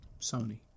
sony